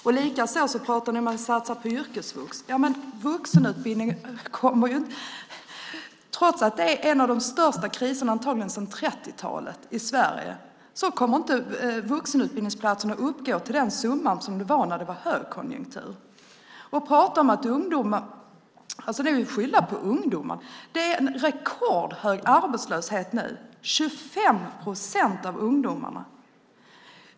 Ni pratar likaså om att satsa på yrkesvux. Trots att vi antagligen har en av de största kriserna sedan 30-talet i Sverige kommer inte vuxenutbildningsplatserna att uppgå till den summan vi hade när det rådde högkonjunktur. Ni vill skylla på ungdomar. Arbetslösheten är rekordhög nu - 25 procent av ungdomarna!